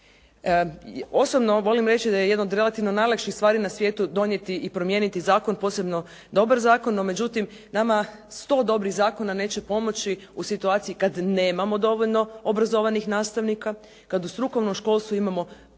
Osobno volim reći da je jedna od relativno najlakših stvari na svijetu donijeti i promijeniti zakon, posebno dobar zakon, no međutim nama sto dobrih zakona neće pomoći u situaciji kad nemamo dovoljno obrazovanih nastavnika, kad u strukovnom školstvu imamo previše